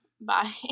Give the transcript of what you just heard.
Bye